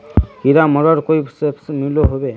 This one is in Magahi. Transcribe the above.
कीड़ा मरवार कोई स्प्रे मिलोहो होबे?